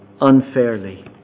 unfairly